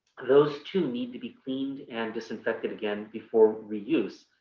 those too need to be cleaned and disinfected again before reuse,